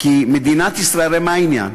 הרי מה העניין?